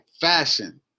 Fashion